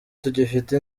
tugifite